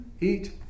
eat